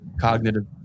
cognitive